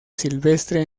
silvestre